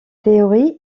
théorie